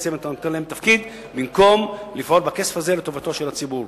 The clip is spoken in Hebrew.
שבעצם אתה נותן להם תפקיד במקום לפעול בכסף הזה לטובת הציבור.